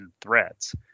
threats